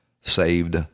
saved